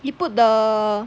he put the